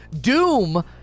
Doom